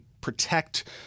protect